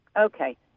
Okay